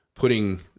putting